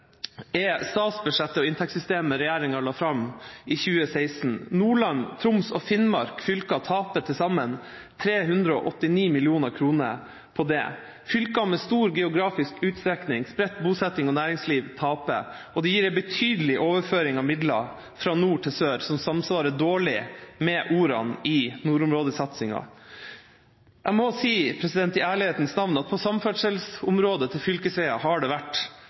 er statsbudsjettet og inntektssystemet regjeringa la fram for 2016. Nordland, Troms og Finnmark fylker taper til sammen 389 mill. kr på det. Fylker med stor geografisk utstrekning, spredt bosetting og næringsliv taper. Det gir en betydelig overføring av midler fra nord til sør, som samsvarer dårlig med ordene i nordområdesatsingen. Jeg må i ærlighetens navn si at på samferdselsområdet har det til fylkesveier